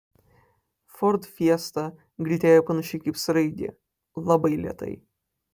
ford fiesta greitėja panašiai kaip sraigė labai lėtai